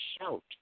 shout